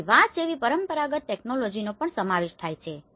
તેથી વાંસ જેવી પરંપરાગત ટેકનોલોજીનો પણ સમાવેશ થાય છે